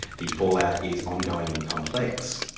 the fallout is ongoing and complex.